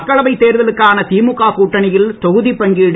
மக்களவை தேர்தலுக்கான திமுக கூட்டணியில் தொகுதி பங்கீடு